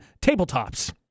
tabletops